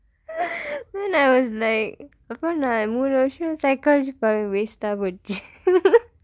then I was like அப்புறம் நா மூன்று வருடம்:appuram naa muunru varudam psychology படிச்சது:padichsathu waste-aa போச்சு:poochsu